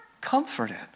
comforted